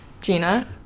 Gina